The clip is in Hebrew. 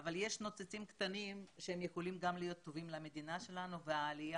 אבל יש ניצוצות קטנים שיכולים גם להיות טובים למדינה שלנו והעלייה